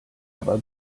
aber